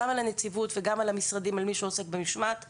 גם על הנציבות וגם על מי שעוסק במשמעת במשרדים,